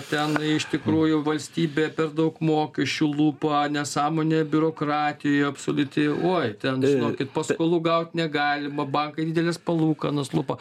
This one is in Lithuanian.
ten iš tikrųjų valstybė per daug mokesčių lupa nesąmonė biurokratija absoliuti uoj ten žinokit paskolų gaut negalima bankai dideles palūkanas lupa